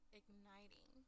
igniting